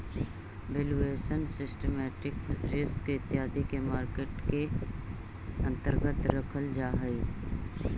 valuation, systematic risk इत्यादि के market के अंतर्गत रखल जा हई